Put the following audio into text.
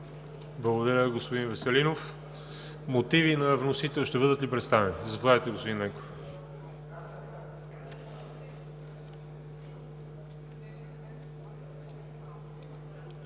Благодаря, господин Веселинов. Мотиви на вносител ще бъдат ли представени? Заповядайте, господин Ненков.